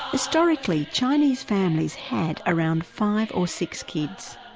historically, chinese families had around five or six kids.